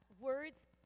words